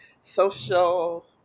social